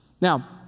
Now